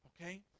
okay